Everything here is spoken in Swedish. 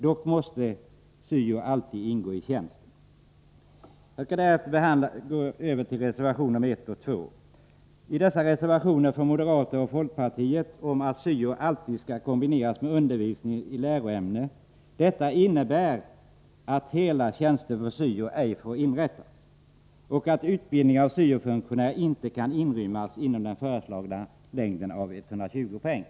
Dock måste syo alltid ingå i tjänsten. Jag skall nu gå över till att behandla reservationerna 1 och 2. Dessa reservationer från moderata samlingspartiet och folkpartiet — om att syo alltid skall kombineras med undervisning i läroämne — innebär att hela tjänster för syo ej får inrättas och att utbildningen av syo-funktionärerna inte kan inrymmas inom den föreslagna ramen av 120 poäng.